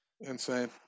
Insane